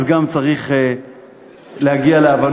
אז גם צריך להגיע להבנות.